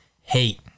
hate